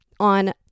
on